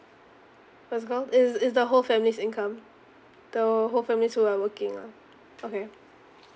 what is it called is is the whole family's income the whole family's who are working lah okay